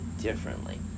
differently